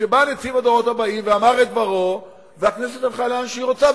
שבא נציב הדורות הבאים ואמר את דברו והכנסת הלכה לאן שהיא רוצה,